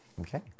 Okay